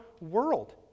world